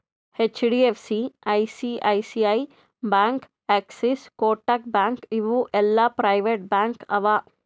HDFC, ICICI bank, Axis, Kotak bank ಇವು ಎಲ್ಲಾ private bank ಅವಾ